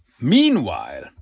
Meanwhile